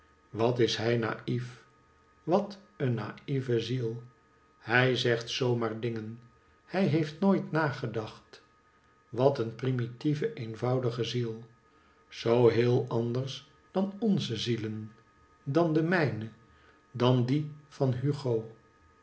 wat is hij nai'ef wat een naive ziel hij zegt zoo maar dingen hij heeft nooit nagedacht wat een primitieve eenvoudige ziel zoo heel anders dan onze zielen dan de mijne dan die van hugo